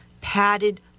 padded